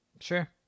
sure